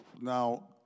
Now